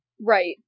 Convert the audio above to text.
Right